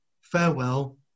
farewell